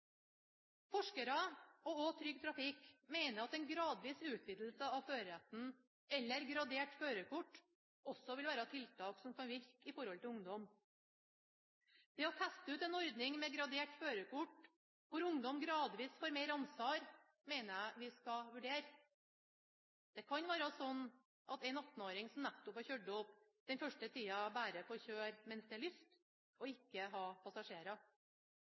Forskere, og også Trygg Trafikk, mener at en gradvis utvidelse av føreretten, eller gradert førerkort, vil være et tiltak som kan virke overfor ungdom. Det å teste ut en ordning med gradert førerkort, hvor ungdom gradvis får mer ansvar, mener jeg vi skal vurdere. Det kan være sånn at en 18-åring som nettopp har kjørt opp, den første tiden bare får kjøre mens det er lyst og ikke får ha med passasjerer,